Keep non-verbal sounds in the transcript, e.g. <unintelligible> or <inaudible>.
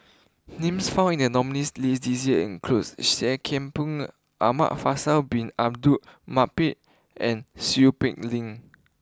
names found in the nominees' list this year include Seah Kian Peng <unintelligible> Faisal Bin Abdul Manap and Seow Peck Leng